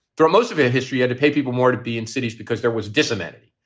throw most of it. history had to pay people more to be in cities because there was decimated.